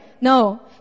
No